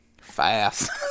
Fast